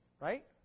right